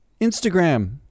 Instagram